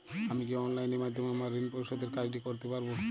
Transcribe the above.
আমি কি অনলাইন মাধ্যমে আমার ঋণ পরিশোধের কাজটি করতে পারব?